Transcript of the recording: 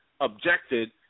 objected